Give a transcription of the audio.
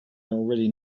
already